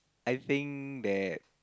I think that